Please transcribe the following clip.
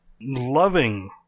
loving